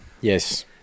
Yes